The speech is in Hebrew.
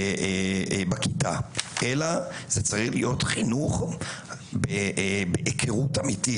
בכיתה; אלא זה צריך להיות חינוך בהיכרות אמיתית,